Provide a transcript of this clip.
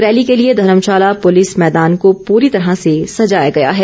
rally के लिए Dharamshala police मैदान को पूरी तरह से सजाया गया है